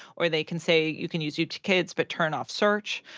or they can say, you can use youtube kids, but turn off search.